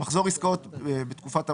"מחזור עסקאות בתקופת הבסיס"